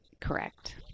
Correct